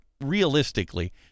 Realistically